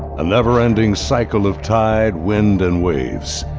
a never-ending cycle of tide, wind, and waves.